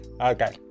Okay